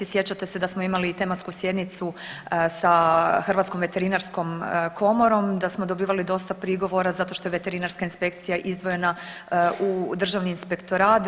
Sjećate da smo imali i tematsku sjednicu sa Hrvatskom veterinarskom komorom, da smo dobivali dosta prigovora zato što je veterinarska inspekcija izdvojena u Državni inspektora.